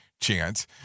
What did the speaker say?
chance